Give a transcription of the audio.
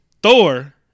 Thor